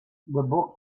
book